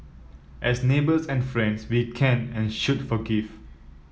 as neighbours and friends we can and should forgive